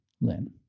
Lin